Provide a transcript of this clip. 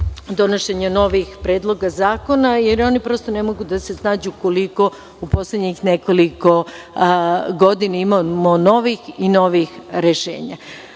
donošenja novih predloga zakona, jer oni ne mogu da se snađu koliko u poslednjih nekoliko godina imamo novih i novih rešenja. Dakle,